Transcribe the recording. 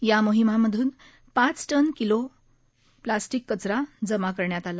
या मोहिमांमधून पाच टन किलो प्लास्टिक कचरा जमा करण्यात आला